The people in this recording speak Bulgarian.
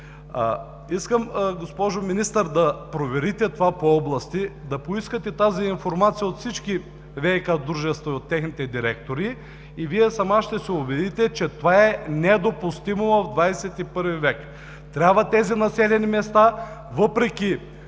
Искам, госпожо Министър, да проверите това по области, да поискате тази информация от всички ВиК дружества и от техните директори и Вие сама ще се уверите, че това е недопустимо в XXI век. Трябва тези населени места, въпреки